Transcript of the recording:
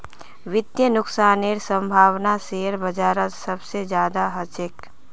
वित्तीय नुकसानेर सम्भावना शेयर बाजारत सबसे ज्यादा ह छेक